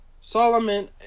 Solomon